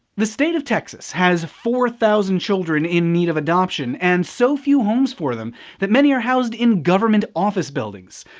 the state of texas has nearly four thousand children in need of adoption and so few homes for them that many are housed in government office buildings.